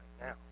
now